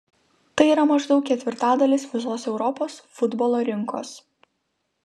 tai yra maždaug ketvirtadalis visos europos futbolo rinkos